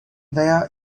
there